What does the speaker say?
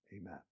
Amen